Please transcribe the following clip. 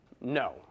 No